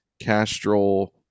Castrol